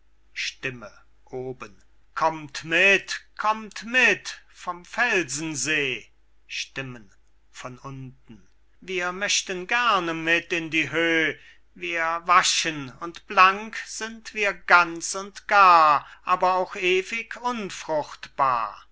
stimme oben kommt mit kommt mit vom felsensee stimmen von unten wir möchten gerne mit in die höh wir waschen und blank sind wir ganz und gar aber auch ewig unfruchtbar